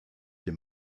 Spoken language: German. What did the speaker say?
dem